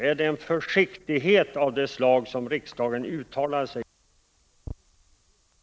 Är det en försiktighet av det slag som riksdagen uttalade sig för i mars i år?